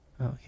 Okay